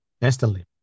instantly